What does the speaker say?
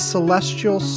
Celestial